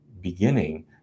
beginning